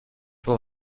will